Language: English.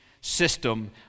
system